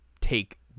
take